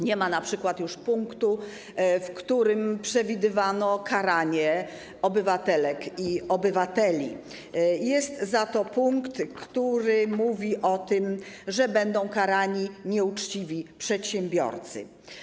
Nie ma już np. punktu, w którym przewidywano karanie obywatelek i obywateli, jest za to punkt, który mówi o tym, że będą karani nieuczciwi przedsiębiorcy.